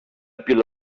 pila